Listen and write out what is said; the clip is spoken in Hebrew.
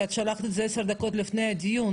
את שלחת את זה עשר דקות לפני הדיון.